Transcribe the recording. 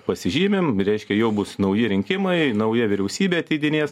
pasižymim reiškia jau bus nauji rinkimai nauja vyriausybė ateidinės